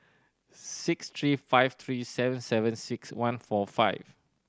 six three five three seven seven six one four five